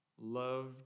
loved